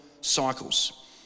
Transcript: cycles